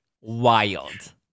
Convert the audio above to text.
wild